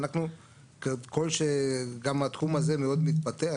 ואנחנו ככל שגם התחום הזה מאוד מתפתח,